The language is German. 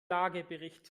lagebericht